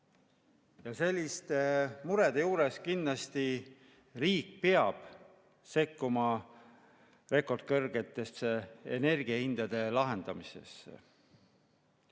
Ja selliste murede juures kindlasti riik peab sekkuma rekordkõrgete energiahindade [probleemi] lahendamisesse.